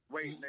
Wait